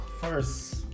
First